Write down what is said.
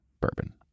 bourbon